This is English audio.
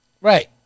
Right